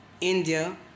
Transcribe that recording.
India